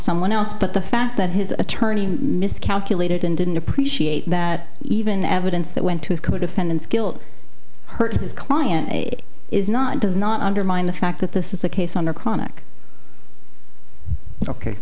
someone else but the fact that his attorney miscalculated and didn't appreciate that even evidence that went to his co defendants killed hurt his client is not does not undermine the fact that this is a case o